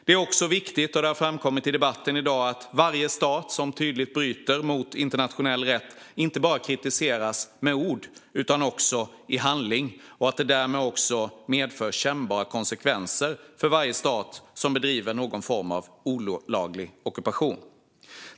Det är också viktigt, vilket har framkommit i debatten i dag, att varje stat som tydligt bryter mot internationell rätt inte bara kritiseras med ord utan också i handling och att det medför kännbara konsekvenser för varje stat som bedriver någon form av olaglig ockupation.